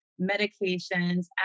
medications